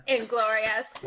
Inglorious